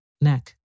neck